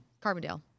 Carbondale